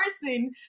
person